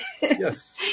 Yes